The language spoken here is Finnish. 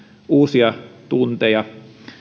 uusia tunteja